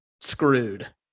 screwed